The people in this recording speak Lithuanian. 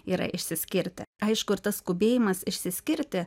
yra išsiskirti aišku ir tas skubėjimas išsiskirti